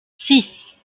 six